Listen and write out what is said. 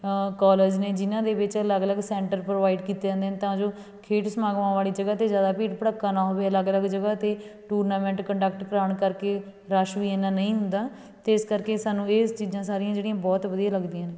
college ਨੇ ਜਿਨ੍ਹਾਂ ਦੇ ਵਿੱਚ ਅਲੱਗ ਅਲੱਗ ਸੈਂਟਰ ਪ੍ਰੋਵਾਈਡ ਕੀਤੇ ਜਾਂਦੇ ਤਾਂ ਜੋ ਖੇਡ ਸਮਾਗਮਾਂ ਵਾਲੀ ਜਗ੍ਹਾ 'ਤੇ ਜ਼ਿਆਦਾ ਭੀੜ ਭੜੱਕਾ ਨਾ ਹੋਵੇ ਅਲੱਗ ਅਲੱਗ ਜਗ੍ਹਾਂ 'ਤੇ ਟੂਰਨਾਮੈਂਟ ਕੰਡਕਟ ਕਰਵਾਉਣ ਕਰਕੇ ਰੱਸ਼ ਵੀ ਐਨਾ ਨਹੀਂ ਹੁੰਦਾ ਅਤੇ ਇਸ ਕਰਕੇ ਸਾਨੂੰ ਇਹ ਚੀਜ਼ਾਂ ਸਾਰੀਆਂ ਜਿਹੜੀਆਂ ਬਹੁਤ ਵਧੀਆ ਲੱਗਦੀਆਂ ਨੇ